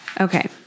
Okay